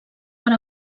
per